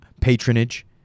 patronage